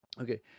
Okay